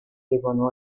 devono